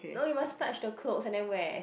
no you must touch the clothes and then wear